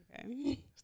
Okay